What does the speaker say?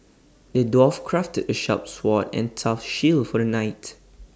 the dwarf crafted A sharp sword and tough shield for the knight